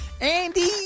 Andy